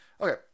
Okay